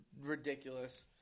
ridiculous